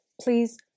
Please